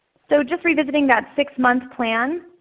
so just revisiting that six month plan,